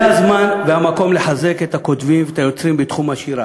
זה הזמן והמקום לחזק את הכותבים ואת היוצרים בתחום השירה.